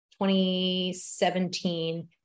2017